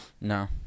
No